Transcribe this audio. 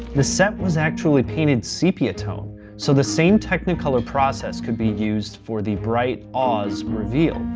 the set was actually painted sepia-tone so the same technicolor process could be used for the bright oz reveal.